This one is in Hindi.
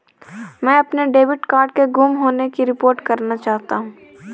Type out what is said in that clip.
मैं अपने डेबिट कार्ड के गुम होने की रिपोर्ट करना चाहता हूँ